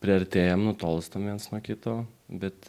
priartėjam nutolstam viens nuo kito bet